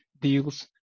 deals